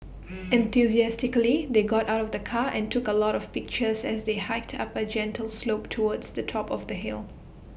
enthusiastically they got out of the car and took A lot of pictures as they hiked up A gentle slope towards the top of the hill